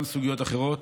גם סוגיות אחרות,